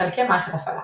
חלקי מערכת הפעלה